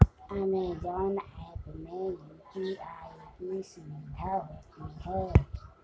Amazon app में UPI की सुविधा होती है